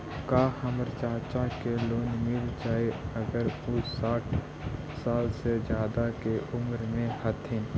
का हमर चाचा के लोन मिल जाई अगर उ साठ साल से ज्यादा के उमर के हथी?